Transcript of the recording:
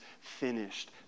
finished